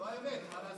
זו האמת, מה לעשות?